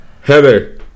Heather